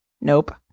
nope